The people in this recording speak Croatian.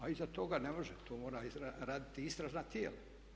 A iza toga ne može, to moraju raditi istražna tijela.